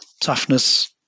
toughness